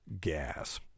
gas